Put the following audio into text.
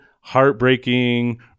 heartbreaking